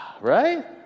Right